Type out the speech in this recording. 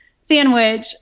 sandwich